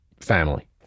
family